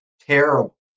terrible